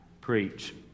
preach